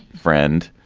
friend?